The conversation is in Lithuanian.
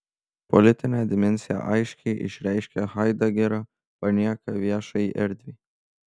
politinę dimensiją aiškiai išreiškia haidegerio panieka viešajai erdvei